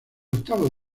octavos